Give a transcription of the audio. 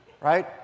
Right